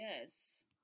Yes